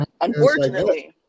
Unfortunately